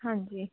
ਹਾਂਜੀ